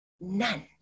None